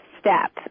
step